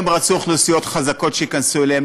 הם רצו אוכלוסיות חזקות שייכנסו אליהם,